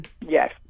Yes